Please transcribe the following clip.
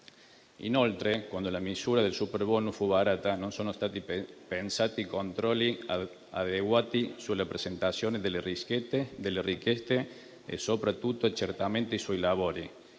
Inoltre, quando la misura del superbonus fu varata, non sono stati pensati controlli adeguati sulla presentazione delle richieste e, soprattutto e certamente, sui lavori.